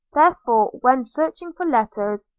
therefore, when searching for letters,